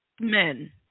men